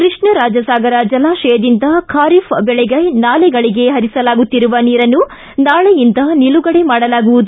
ಕೃಷ್ಣರಾಜಸಾಗರ ಜಲಾಶಯದಿಂದ ಖಾರೀಫ್ ದೆಳೆಗೆ ನಾಲೆಗಳಿಗೆ ಹರಿಸಲಾಗುತ್ತಿರುವ ನೀರನ್ನು ನಾಳೆಯಿಂದ ನಿಲುಗಡೆ ಮಾಡಲಾಗುವುದು